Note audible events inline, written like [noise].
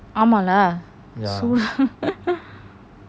amla so [laughs]